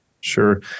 Sure